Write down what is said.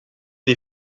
des